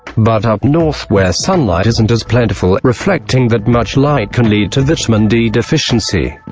but up north, where sunlight isn't as plentiful, reflecting that much light can lead to vitamin d deficiency.